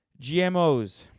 GMOs